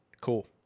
cool